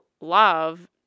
love